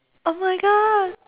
oh my god